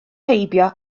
heibio